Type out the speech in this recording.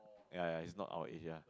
ya ya is not our age ya